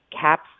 caps